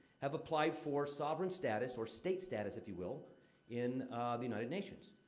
have applied for sovereign status or state status, if you will in the united nations.